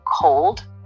cold